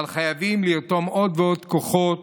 אבל חייבים לרתום עוד ועוד כוחות